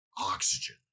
oxygen